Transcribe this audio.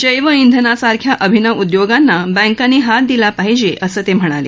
जैव इंधनासारख्या अभिनव उद्योगांना बँकांनी हात दिला पाहिजे असं ते म्हणाले